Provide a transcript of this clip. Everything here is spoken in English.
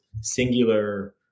singular